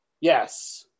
yes